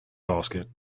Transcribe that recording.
basket